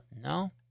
no